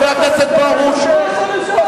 ראש הממשלה שותק,